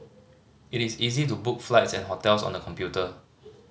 it is easy to book flights and hotels on the computer